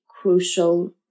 crucial